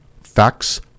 Facts